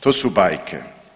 To su bajke!